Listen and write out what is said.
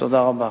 תודה רבה.